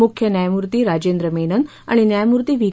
मुख्य न्यायमूर्ती राजेंद्र मेनन आणि न्यायमूर्ती व्ही